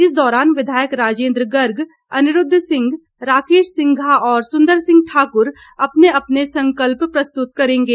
इस दौरान विधायक राजेंद्र गर्ग अनिरूद्व सिंह राकेश सिंघा और सुंदर सिंह ठाकुर अपने अपने संकल्प प्रस्तुत करेंगे